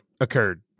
occurred